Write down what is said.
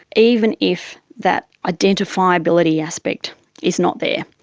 even if that identifiability aspect is not there.